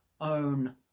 own